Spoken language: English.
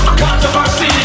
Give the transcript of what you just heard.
controversy